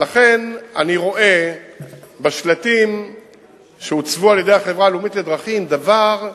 לכן אני רואה בשלטים שהוצבו על-ידי החברה הלאומית לדרכים דבר,